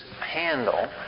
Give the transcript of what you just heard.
handle